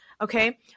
Okay